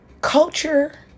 Culture